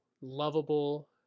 lovable